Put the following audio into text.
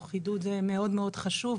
הוא חידוד מאוד חשוב,